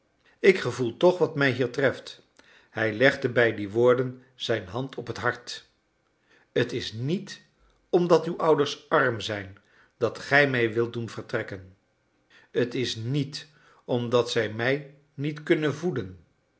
ik gevoel toch wat mij hier treft hij legde bij die woorden zijn hand op het hart t is niet omdat uw ouders arm zijn dat gij mij wilt doen vertrekken t is niet omdat zij mij niet kunnen voeden